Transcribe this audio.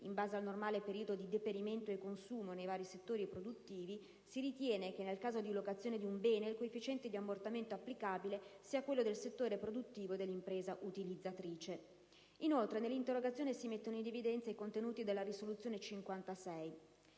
in base al normale periodo di deperimento e consumo nei vari settori produttivi, si ritiene che nel caso di locazione di un bene il coefficiente di ammortamento applicabile sia quello del settore produttivo dell'impresa utilizzatrice». Inoltre, nell'interrogazione si mettono in evidenza i contenuti della risoluzione n.